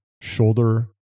shoulder